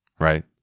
right